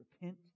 repent